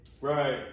Right